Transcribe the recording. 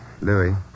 Louis